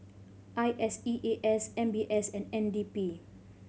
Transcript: I S E A S M B S and N D P